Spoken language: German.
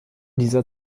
dieser